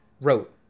wrote